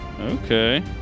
Okay